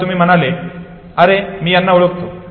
तेव्हा तुम्ही म्हणाले अरे मी यांना ओळखतो